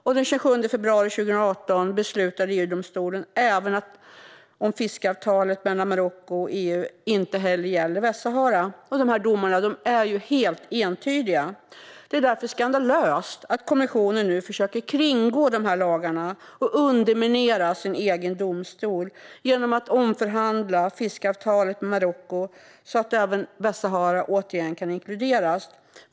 Och den 27 februari 2018 beslutade EU-domstolen även att fiskeavtalet mellan Marocko och EU inte heller gäller Västsahara. Dessa domar är helt entydiga. Det är därför skandalöst att kommissionen nu försöker kringgå dessa domar och underminera sin egen domstol genom att omförhandla fiskeavtalet med Marocko, så att även Västsahara återigen kan inkluderas.